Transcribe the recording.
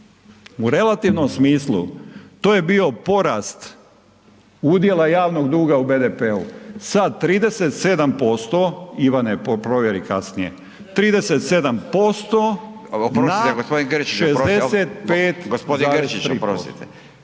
u relativnom smislu to je bio porast udjela javnog duga u BDP-u sa 37%, Ivane provjeri kasnije, 37% na